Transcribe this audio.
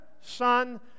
Son